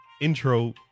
intro